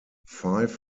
five